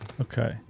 Okay